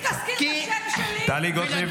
אם תזכיר את השם שלי --- טלי גוטליב,